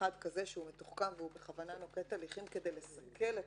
אחד כזה מתוחכם ובכוונה נוקט הליכים כדי לסכל את